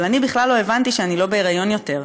אבל אני בכלל לא הבנתי שאני לא בהיריון יותר.